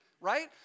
right